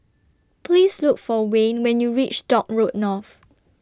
Please Look For Wayne when YOU REACH Dock Road North